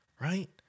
Right